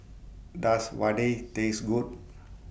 Does Vadai Taste Good